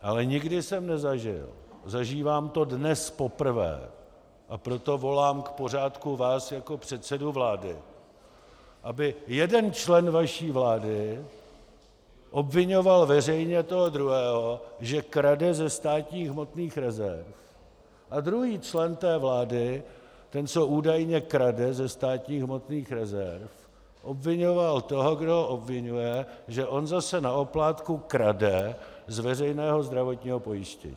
Ale nikdy jsem nezažil, zažívám to dnes poprvé, a proto volám k pořádku vás jako předsedu vlády, aby jeden člen vaší vlády obviňoval veřejně toho druhého, že krade ze státních hmotných rezerv, A druhý člen té vlády, ten, co údajně krade ze státních hmotných rezerv, obviňoval toho, kdo ho obviňuje, že on zase na oplátku krade z veřejného zdravotního pojištění.